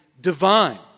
divine